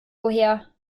woher